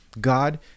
god